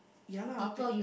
ya lah up to